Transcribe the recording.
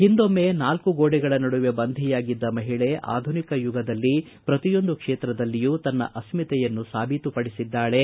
ಹಿಂದೊಮ್ಮೆ ನಾಲ್ಕು ಗೋಡೆಗಳ ನಡುವೆ ಬಂಧಿಯಾಗಿದ್ದ ಮಹಿಳೆ ಆಧುನಿಕ ಯುಗದಲ್ಲಿ ಪ್ರತಿಯೊಂದು ಕ್ಷೇತ್ರದಲ್ಲಿಯೂ ತನ್ನ ಅಸ್ತಿತೆಯನ್ನು ಸಾಬೀತುಪಡಿಸಿದ್ದಾಳೆ